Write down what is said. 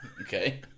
okay